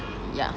ya